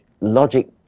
logic